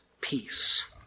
peace